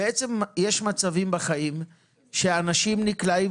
בעצם יש מצבים בחיים שאנשים נקלעים